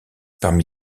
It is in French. parmi